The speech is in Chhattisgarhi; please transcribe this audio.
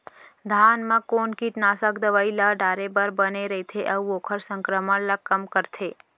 धान म कोन कीटनाशक दवई ल डाले बर बने रइथे, अऊ ओखर संक्रमण ल कम करथें?